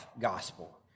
gospel